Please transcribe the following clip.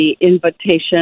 invitation